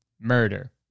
murder